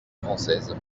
française